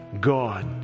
God